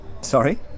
Sorry